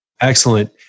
Excellent